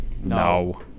no